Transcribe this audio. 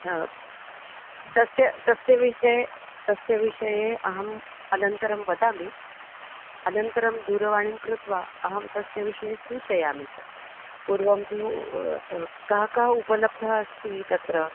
हा तस्य तस्य विषये तस्य विषये अहम् अनन्तरं वदामि अनन्तरं दूरवाणीं कृत्वा अहं तस्य विषये सूचयामि पूर्वं तु कः कः उपलब्धः अस्ति तत्र